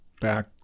back